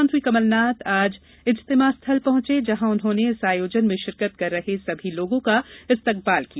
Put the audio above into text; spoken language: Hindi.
मुख्यमंत्री कमलनाथ ने आज इज्तिमा स्थल पहंचे जहां उन्होंने इस आयोजन में शिरकत कर रहे सभी लोगों का इस्तकबाल किया